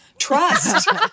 trust